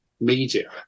media